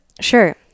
Sure